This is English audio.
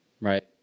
Right